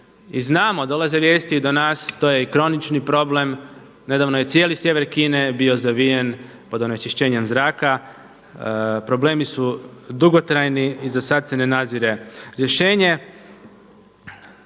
I znamo, dolaze vijesti i do nas, to je i kronični problem, nedavno je cijeli sjever Kine bio zavijen pod onečišćenjem zraka, problemi su dugotrajni i za sada se ne nadzire rješenje.